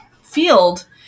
field